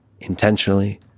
intentionally